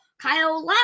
Kyle